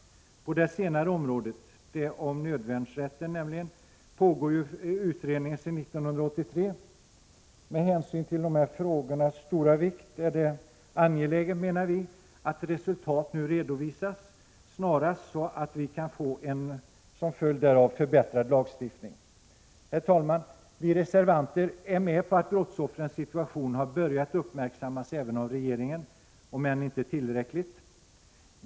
På det senare området — det som gäller nödvärnsrätten — pågår utredning sedan 1983. Med hänsyn till de här frågornas stora vikt är det angeläget att resultatet nu snarast redovisas, så att vi som följd därav kan få till stånd en förbättrad lagstiftning. Herr talman! Vi reservanter håller med om att brottsoffrens situation har börjat uppmärksammas även av regeringen, om än inte tillräckligt.